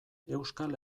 euskal